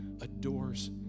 adores